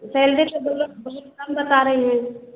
salary तो भैया बहुत कम बता रहे हैं